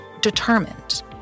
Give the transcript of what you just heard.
determined